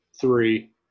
three